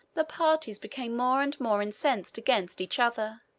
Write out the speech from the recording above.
the parties became more and more incensed against each other.